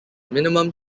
minimum